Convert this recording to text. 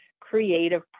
creative